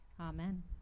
amen